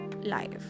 life